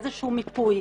איזשהו מיפוי.